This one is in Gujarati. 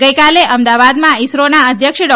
ગઇકાલે અમદાવાદમાં ઇસરોના અધ્યક્ષ ડા